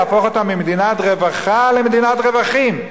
להפוך אותה ממדינת רווחה למדינת רווחים.